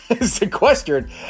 Sequestered